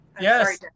Yes